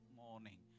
morning